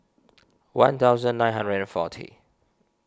one thousand nine hundred and forty